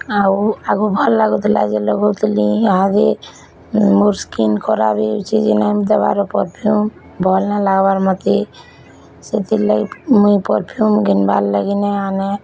ଆଉ ଆଗୁ ଭଲ୍ ଲାଗୁଥିଲା ଯେ ଲଗଉଥିଲିଁ ଇହାଦେ ମୋର୍ ସ୍କିନ୍ ଖରାପ୍ ହେଇଯାଉଛେ ଯେ ନାଇଁ ଦେବାର୍ ପରଫ୍ୟୁମ୍ ଭଲ୍ ନାଇଁ ଲାଗବାର୍ ମୋତେ ସେଥିରଲାଗି ମୁଇଁ ପରଫ୍ୟୁମ୍ ଘିନବାର୍ ଲାଗି ନାଇଁ ଆନେ